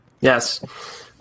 Yes